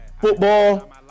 football